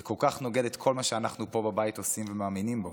זה כל כך נוגד את כל מה שאנחנו פה בבית עושים ומאמינים בו.